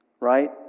right